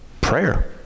prayer